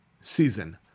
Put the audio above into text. season